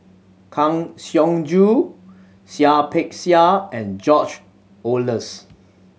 Kang Siong Joo Seah Peck Seah and George Oehlers